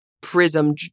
prism